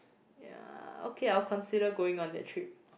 ya okay I'll consider going on that trip